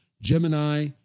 Gemini